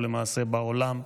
ולמעשה בעולם,